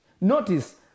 Notice